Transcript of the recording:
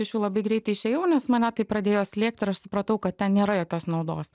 iš jų labai greitai išėjau nes mane tai pradėjo slėgt ir aš supratau kad ten nėra jokios naudos